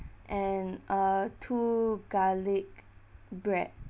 and uh two garlic bread